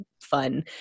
fun